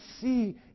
see